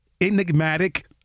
enigmatic